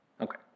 Okay